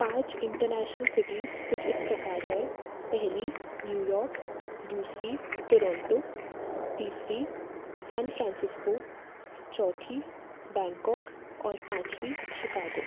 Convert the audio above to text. पाँच international cities कुछ इस प्रकार है पहली न्यु यॉर्क दूसरी टुरोंटो तीसरी सैन फ्रांसिस्को चौथी बैंकॉक और पाँचवी शिकागो